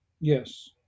Yes